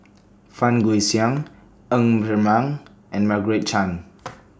Fang Guixiang Ng Ser Miang and Margaret Chan